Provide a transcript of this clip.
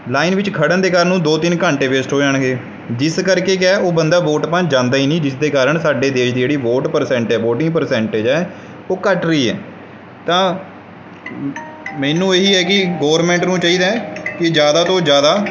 line ਵਿੱਚ ਖੜ੍ਹਨ ਦੇ ਕਾਰਨ ਦੋ ਤਿੰਨ ਘੰਟੇ ਵੇਸਟ ਹੋ ਜਾਣਗੇ ਜਿਸ ਕਰਕੇ ਕਿਆ ਉਹ ਬੰਦਾ ਵੋਟ ਪਾਉਣ ਜਾਂਦਾ ਹੀ ਨਹੀਂ ਜਿਸ ਦੇ ਕਾਰਨ ਸਾਡੇ ਦੇਸ਼ ਦੀ ਜਿਹੜੀ ਵੋਟ ਪਰਸੈਂਟ ਹੈ ਵੋਟਿੰਗ ਪਰਸੈਂਟੇਜ ਹੈ ਉਹ ਘੱਟ ਰਹੀ ਹੈ ਤਾਂ ਮੈਨੂੰ ਇਹੀ ਹੈ ਕਿ ਗੋਰਮੈਂਟ ਨੂੰ ਚਾਹੀਦਾ ਕਿ ਜ਼ਿਆਦਾ ਤੋਂ ਜ਼ਿਆਦਾ